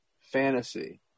fantasy